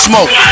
Smoke